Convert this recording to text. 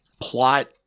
plot